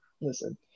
listen